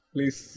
Please